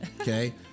okay